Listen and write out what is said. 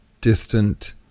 distant